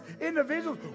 individuals